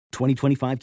2025